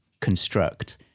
construct